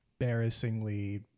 embarrassingly